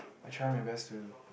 I try my best to